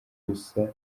gusa